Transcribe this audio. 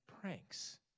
pranks